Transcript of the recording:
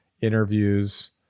interviews